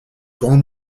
grande